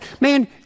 man